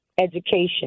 education